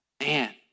Man